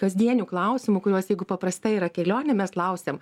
kasdienių klausimų kuriuos jeigu paprasta yra kelionė mes klausiam